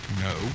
No